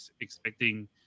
expecting